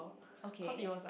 okay